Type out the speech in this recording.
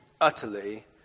utterly